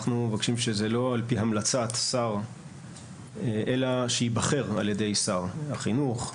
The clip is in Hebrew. אנחנו מבקשים שזה לא על פי המלצת שר אלא שייבחר על ידי שר החינוך,